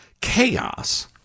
chaos